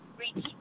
reach